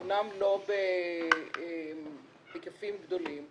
אמנם לא בהיקפים גדולים,